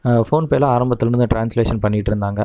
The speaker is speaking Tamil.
ஃபோன்பேவில் ஆரம்பத்துலேன்னு ட்ரான்ஸ்லேஷன் பண்ணிட்டு இருந்தாங்க